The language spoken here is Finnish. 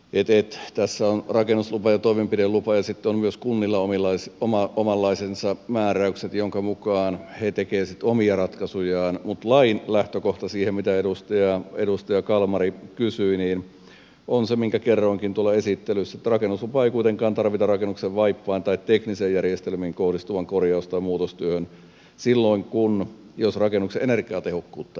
nyt pitää tietenkin muistaa se että tässä on rakennuslupa ja toimenpidelupa ja sitten on myös kunnilla omanlaisensa määräykset joiden mukaan he tekevät sitten omia ratkaisujaan mutta lain lähtökohta siihen mitä edustaja kalmari kysyi on se minkä kerroinkin tuolla esittelyssä että rakennuslupaa ei kuitenkaan tarvita rakennuksen vaippaan tai teknisiin järjestelmiin kohdistuvaan korjaus tai muutostyöhön silloin jos rakennuksen energiatehokkuutta ei muuteta